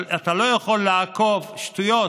אבל אתה לא יכול לעקוף, שטויות.